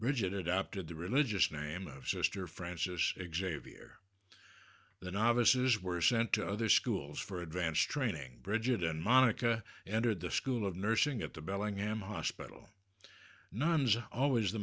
rigid adapted to religious name of sister francis exam of the year the novices were sent to other schools for advance training bridget and monica entered the school of nursing at the bellingham hospital nuns always the